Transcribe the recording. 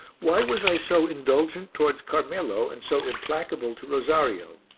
why was i so indulgent towards carmelo and so implacable to rosario?